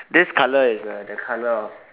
this colour is uh the colour of